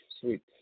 sweet